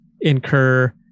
incur